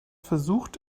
versucht